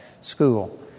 school